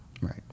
Right